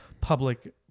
public